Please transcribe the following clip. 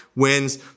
Wins